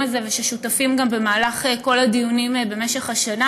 הזה ושותפים גם במהלך כל הדיונים במשך השנה,